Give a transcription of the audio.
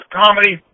comedy